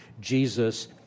Jesus